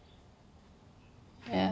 ya